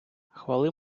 хвали